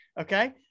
Okay